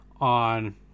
on